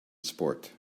sport